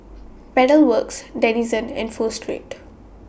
Pedal Works Denizen and Pho Street